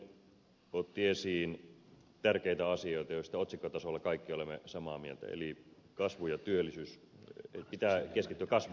johannes koskinen otti esiin tärkeitä asioita joista otsikkotasolla kaikki olemme samaa mieltä eli pitää keskittyä kasvuun ja työllisyyteen